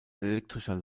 elektrischer